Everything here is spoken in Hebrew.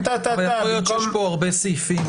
הרלוונטיים אבל יכול להיות שיש פה הרבה סעיפים.